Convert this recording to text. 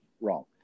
wrong